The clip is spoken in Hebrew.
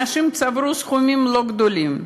אנשים צברו סכומים לא גדולים.